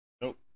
nope